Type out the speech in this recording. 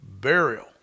Burial